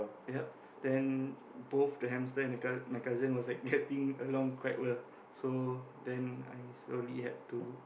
ya then both the hamster and the my cousin was like getting along so then I slowly had to